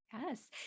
Yes